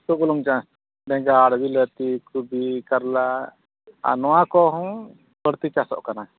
ᱩᱛᱩ ᱵᱩᱞᱩᱝ ᱪᱟᱥ ᱵᱮᱸᱜᱟᱲ ᱵᱤᱞᱟᱹᱛᱤ ᱠᱩᱵᱤ ᱠᱟᱨᱞᱟ ᱟᱨ ᱱᱚᱣᱟ ᱠᱚᱦᱚᱸ ᱵᱟᱹᱲᱛᱤ ᱪᱟᱥᱚᱜ ᱠᱟᱱᱟ